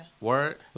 Word